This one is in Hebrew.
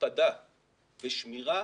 הקפדה ושמירה